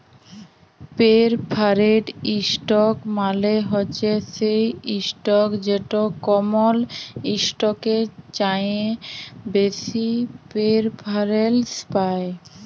perforated ইসটক মালে হছে সেই ইসটক যেট কমল ইসটকের চাঁঁয়ে বেশি পেরফারেলস পায়